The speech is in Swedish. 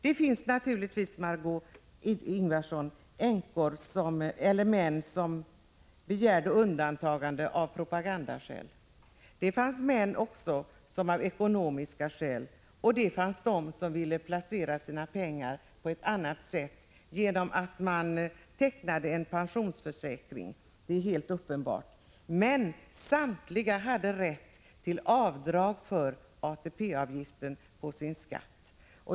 Det fanns naturligtvis män som begärde undantagande av propagandaskäl, det fanns också män som gjorde det av ekonomiska skäl, och det fanns de som ville placera sina pengar på ett annat sätt genom att teckna en pensionsförsäkring. Det är helt uppenbart. Men, Margö Ingvardsson, samtliga hade rätt till avdrag för ATP-avgiften på sin skatt.